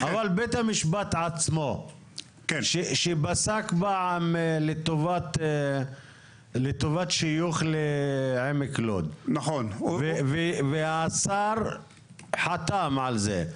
בית המשפט עצמו שפסק לטובת שיוך לעמק לוד והשר חתם על זה.